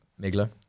Migla